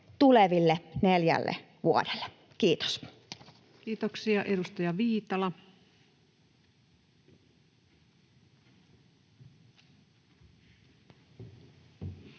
tuleville neljälle vuodelle. — Kiitos. Kiitoksia. — Edustaja Viitala.